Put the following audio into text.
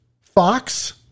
Fox